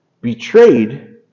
Betrayed